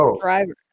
Driver